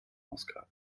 ausgaben